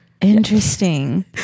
Interesting